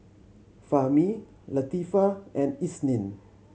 Fahmi Latifa and Isnin